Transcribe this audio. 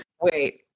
Wait